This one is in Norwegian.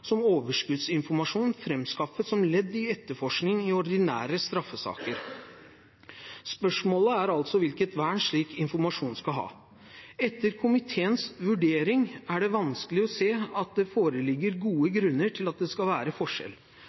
som overskuddsinformasjon framskaffet som ledd i etterforskning av ordinære straffesaker. Spørsmålet er altså hvilket vern slik informasjon skal ha. Etter komiteens vurdering er det vanskelig å se at det foreligger gode grunner til at det skal være forskjell.